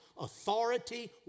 authority